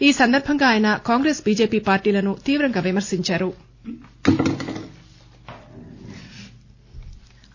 ఈసందర్బంగా ఆయన కాంగ్రెస్ బీజెపి పార్టీలను తీవ్రంగా విమర్పించారు